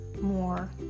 more